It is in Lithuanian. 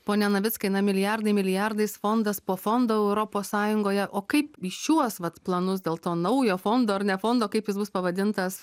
pone navickai na milijardai milijardais fondas po fondo europos sąjungoje o kaip į šiuos vat planus dėl to naujo fondo ar ne fondo kaip jis bus pavadintas